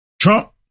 Trump